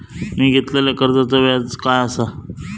मी घेतलाल्या कर्जाचा व्याज काय आसा?